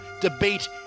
debate